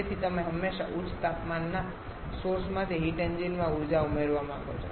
તેથી તમે હંમેશા ઊંચા તાપમાનના સોર્સમાંથી હીટ એન્જિન માં ઊર્જા ઉમેરવા માંગો છો